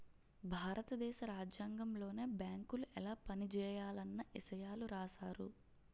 భారత దేశ రాజ్యాంగంలోనే బేంకులు ఎలా పనిజేయాలన్న ఇసయాలు రాశారు